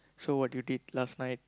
so what you did last night